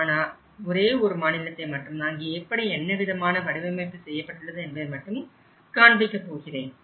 ஆனால் ஒரே ஒரு மாநிலத்தை மட்டும் அங்கே எப்படி என்னவிதமான வடிவமைப்பு செய்யப்பட்டுள்ளது என்பதை மட்டும் காண்பிக்கப்போகிறேன்